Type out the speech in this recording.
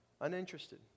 uninterested